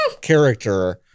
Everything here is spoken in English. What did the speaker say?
character